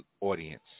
audience